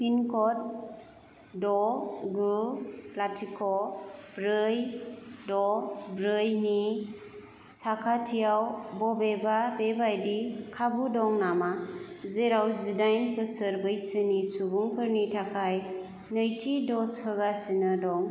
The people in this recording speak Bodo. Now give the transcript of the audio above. पिन क'ड द' गु लाथिख' ब्रै द' ब्रै नि साखाथियाव बबेबा बेबायदि खाबु दं नामा जेराव जिदाइन बोसोर बैसोनि सुबुंफोरनि थाखाय नैथि द'ज होगासिनो दं